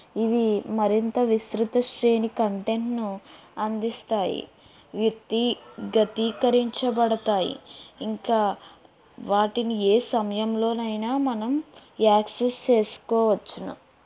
ఇవి మరింత విస్తృత శ్రేణి కంటెంట్ను అందిస్తాయి వ్యక్తీ గతీకరించబడతాయి ఇంకా వాటిని ఏ సమయంలోనైనా మనం యాక్సెస్ చేసుకోవచ్చును